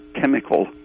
chemical